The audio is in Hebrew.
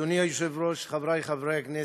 אדוני היושב-ראש, חברי חברי הכנסת,